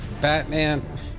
Batman